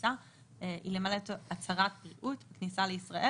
טיסה היא למלא הצהרת בריאות בכניסה לישראל.